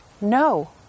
No